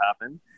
happen